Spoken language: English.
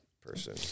person